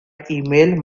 email